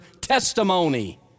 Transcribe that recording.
testimony